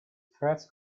threats